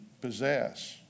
possess